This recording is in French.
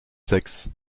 sexe